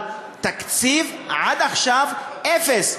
התקציב, עד עכשיו, אפס.